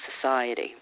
society